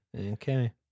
Okay